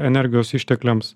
energijos ištekliams